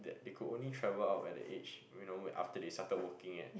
that they could only travel out when their age you know after they started working at